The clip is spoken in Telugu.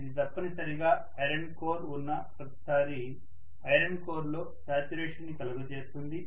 ఇది తప్పనిసరిగా ఐరన్ కోర్ ఉన్న ప్రతి సారి ఐరన్ కోర్ లో శాచ్యురేషన్ ని కలుగచేస్తుంది